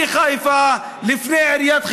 אני חיפה לפני עיריית חיפה,